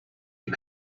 you